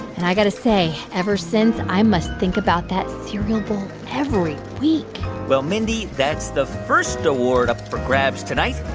and i got to say ever since, i must think about that cereal bowl every week well, mindy, that's the first award up for grabs tonight.